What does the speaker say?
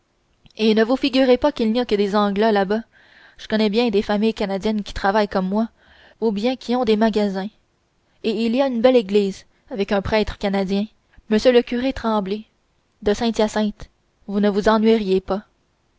et ne vous figurez pas qu'il n'y a que des anglâs par là je connais bien des familles canadiennes qui travaillent comme moi ou bien qui ont des magasins et il y a une belle église avec un prêtre canadien m le curé tremblay de saint hyacinthe vous ne vous ennuieriez pas